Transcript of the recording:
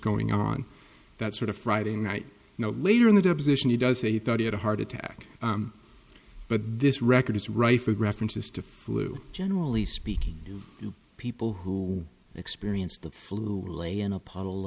going on that sort of friday night you know later in the deposition he does say he thought he had a heart attack but this record is rife with references to flu generally speaking people who experienced the flu or lay in a p